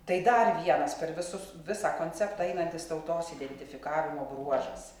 tai dar vienas per visus visą konceptą einantis tautos identifikavimo bruožas